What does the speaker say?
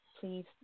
please